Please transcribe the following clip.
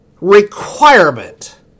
requirement